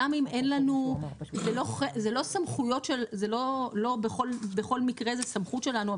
גם אם אין לנו לא בכל מקרה זו סמכות שלנו,